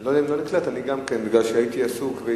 לא נקלט, אני גם כן, כי הייתי עסוק.